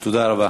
תודה רבה.